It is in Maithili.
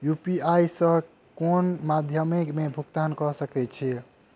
यु.पी.आई सऽ केँ कुन मध्यमे मे भुगतान कऽ सकय छी?